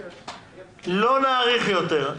לא נאריך יותר.